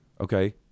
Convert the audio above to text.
Okay